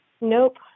Nope